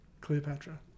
Cleopatra